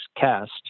cast